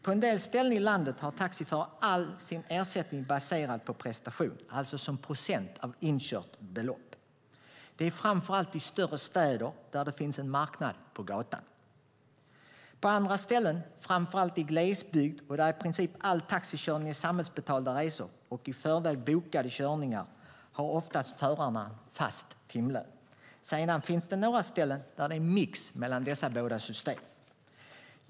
På en del ställen i landet har taxiförare all sin ersättning baserad på prestation, alltså som procent av inkört belopp. Detta är framför allt i större städer där det finns en marknad på gatan. På andra ställen, framför allt i glesbygd där i princip all taxikörning är samhällsbetalda resor och i förväg bokade körningar, har oftast förarna fast timlön. Sedan finns på några ställen en mix mellan dessa båda system.